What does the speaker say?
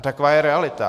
Taková je realita.